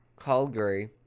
Calgary